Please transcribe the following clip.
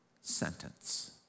sentence